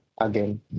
again